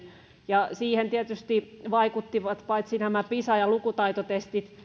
ja siihen tietysti vaikuttivat paitsi nämä pisa ja lukutaitotestit